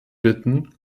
bitten